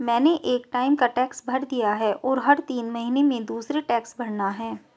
मैंने एक टाइम का टैक्स भर दिया है, और हर तीन महीने में दूसरे टैक्स भरना है